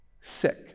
sick